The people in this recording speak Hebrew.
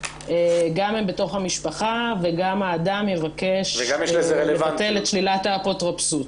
גם הם בתוך המשפחה וגם האדם מבקש לבטל את שלילת האפוטרופסות.